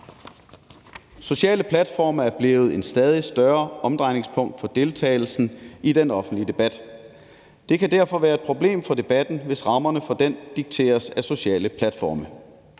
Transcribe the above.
»Sociale platforme er blevet et stadig større omdrejningspunkt for deltagelsen i den offentlige debat. Det kan derfor være et problem for debatten, hvis rammerne for den dikteres af sociale platforme.